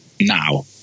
now